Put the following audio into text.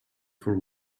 for